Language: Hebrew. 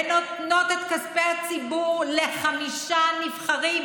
ונותנות את כספי הציבור לחמישה נבחרים,